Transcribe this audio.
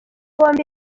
bombi